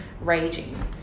raging